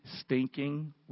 stinking